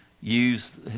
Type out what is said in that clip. use